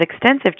extensive